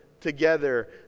together